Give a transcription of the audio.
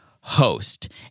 host